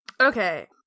Okay